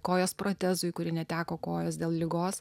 kojos protezui kuri neteko kojos dėl ligos